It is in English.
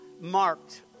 marked